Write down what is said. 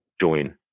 Join